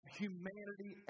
humanity